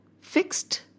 fixed